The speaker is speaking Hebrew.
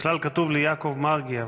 בכלל כתוב לי יעקב מרגי.